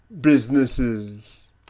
businesses